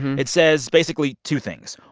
it says, basically, two things.